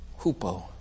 hupo